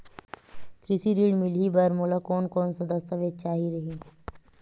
कृषि ऋण मिलही बर मोला कोन कोन स दस्तावेज चाही रही?